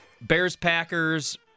Bears-Packers